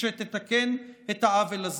שתתקן את העוול הזה.